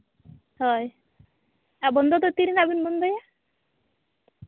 ᱦᱳᱭ ᱵᱚᱱᱫᱚ ᱫᱚ ᱛᱤᱨᱮ ᱦᱟᱸᱜ ᱵᱮᱱ ᱵᱚᱱᱫᱚᱭᱟ